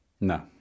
No